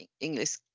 English